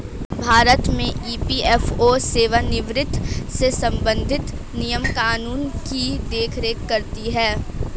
भारत में ई.पी.एफ.ओ सेवानिवृत्त से संबंधित नियम कानून की देख रेख करती हैं